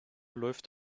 läuft